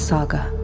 Saga